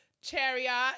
chariot